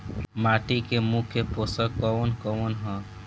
माटी में मुख्य पोषक कवन कवन ह?